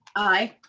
i.